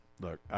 look